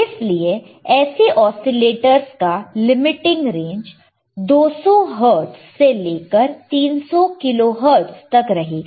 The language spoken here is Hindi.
इसलिए ऐसे ऑसीलेटर्स का लिमिटिंग रेंज 200 हर्ट्ज़ से लेकर 300 किलो हर्ट्ज़ तक रहेगा